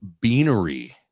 beanery